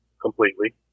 completely